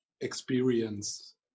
experience